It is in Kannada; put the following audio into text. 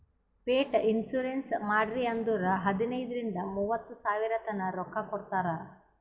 ಪೆಟ್ ಇನ್ಸೂರೆನ್ಸ್ ಮಾಡ್ರಿ ಅಂದುರ್ ಹದನೈದ್ ರಿಂದ ಮೂವತ್ತ ಸಾವಿರತನಾ ರೊಕ್ಕಾ ಕೊಡ್ತಾರ್